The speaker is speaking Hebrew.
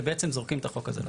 זה בעצם זורקים את החוק הזה לפח.